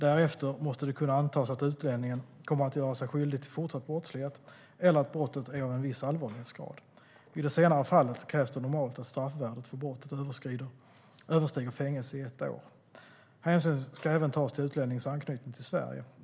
Därefter måste det kunna antas att utlänningen kommer att göra sig skyldig till fortsatt brottslighet, eller att brottet är av en viss allvarlighetsgrad. I det senare fallet krävs det normalt att straffvärdet för brottet överstiger fängelse i ett år. Hänsyn ska även tas till utlänningens anknytning till Sverige.